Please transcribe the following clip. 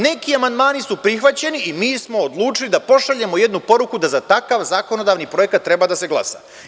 Neki amandmani su prihvaćeni i mi smo odlučili da pošaljemo jednu poruku da za takav zakonodavni projekat treba da se glasa.